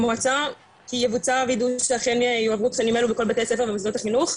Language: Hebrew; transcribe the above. המועצה כקבוצה שאכן יועברו תכנים כאלה בכל בתי הספר ומוסדות החינוך,